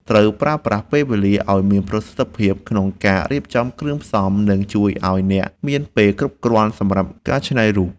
ត្រូវប្រើប្រាស់ពេលវេលាឱ្យមានប្រសិទ្ធភាពក្នុងការរៀបចំគ្រឿងផ្សំ នឹងជួយឱ្យអ្នកមានពេលគ្រប់គ្រាន់សម្រាប់ការច្នៃរូប។